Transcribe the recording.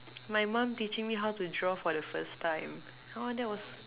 my mum teaching me how to draw for the first time !wah! that was